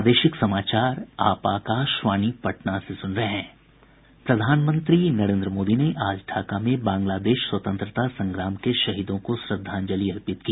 प्रधानमंत्री नरेन्द्र मोदी ने आज ढाका में बांग्लादेश स्वतंत्रता संग्राम के शहीदों को श्रद्धांजलि अर्पित की